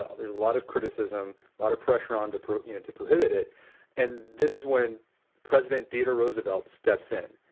ah ah there's a lot of criticism, lot of pressure on to prohibit to prohibit it and this is when president theodore roosevelt steps in,